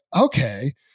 okay